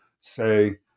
say